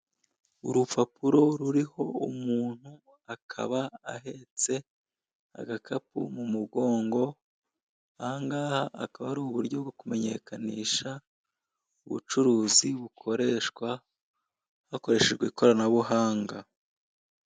Urupapuro ruriho umuntu akaba ahetse agakapu mu mugongo, ahangaha akaba ari uburyo bwo kumenyekanisha ubucuruzi bukoreshwa hakoreshejwe ikoranabuhanga.